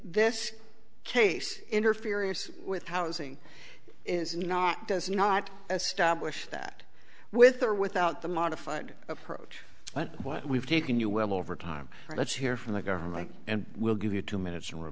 this case interference with housing is not does not establish that with or without the modified approach but what we've taken you well over time let's hear from the government and we'll give you two minutes